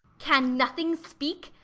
can nothing speak?